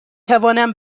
توانم